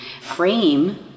frame